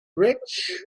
rich